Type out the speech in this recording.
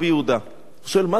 הוא שואל, מה זה אני והוא הושיעה נא?